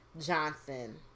Johnson